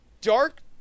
dark